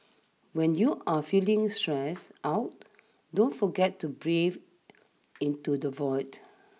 when you are feeling stressed out don't forget to breathe into the void